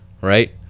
Right